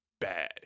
bad